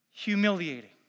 Humiliating